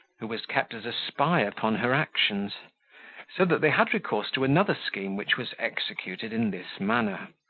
who was kept as a spy upon her actions so that they had recourse to another scheme which was executed in this manner.